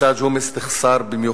אתה, ג'ומס, תחסר במיוחד.